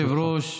אדוני היושב-ראש,